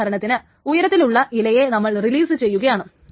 ഉദാഹരണത്തിന് ഉയരത്തിലുള്ള ഇലയെ നമ്മൾ റിലീസ് ചെയ്യുകയാണ്